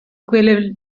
gwelir